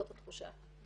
זאת התחושה.